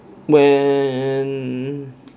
when